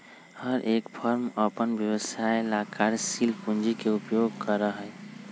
हर एक फर्म अपन व्यवसाय ला कार्यशील पूंजी के उपयोग करा हई